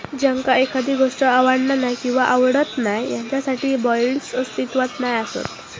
ज्यांका एखादी गोष्ट आवडना नाय किंवा आवडत नाय त्यांच्यासाठी बाँड्स अस्तित्वात नाय असत